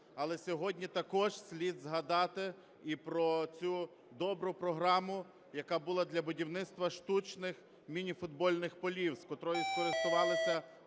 Але сьогодні також слід згадати і про цю добру програму, яка була для будівництва штучних мініфутбольних полів, котрою скористувалися